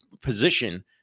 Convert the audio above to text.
position